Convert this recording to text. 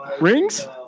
rings